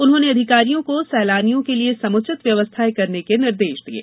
उन्होंने अधिकारियों को सैलानियों के लिए समुचित व्यवस्थाएं करने के निर्देश दिये